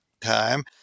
time